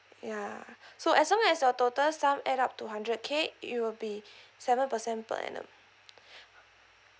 ya so as long as your total sum add up to hundred K it will be seven percent per annum